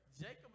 Jacob